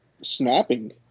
snapping